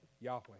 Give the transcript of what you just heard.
Yahweh